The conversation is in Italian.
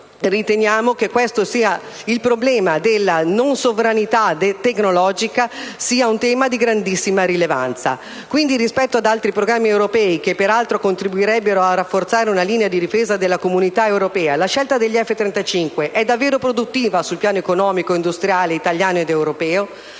riteniamo che la mancanza di sovranità tecnologica del velivolo sia un tema di grandissima rilevanza. Quindi, rispetto ad altri programmi europei che peraltro contribuirebbero a rafforzare una linea di difesa della Comunità europea, la scelta degli F-35 è davvero produttiva sul piano economico ed industriale italiano ed europeo?